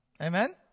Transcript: Amen